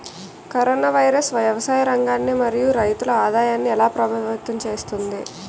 Corona virus వ్యవసాయ రంగాన్ని మరియు రైతుల ఆదాయాన్ని ఎలా ప్రభావితం చేస్తుంది?